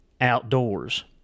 outdoors